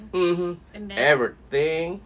mmhmm everything